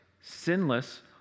sinless